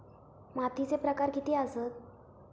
मातीचे प्रकार किती आसत?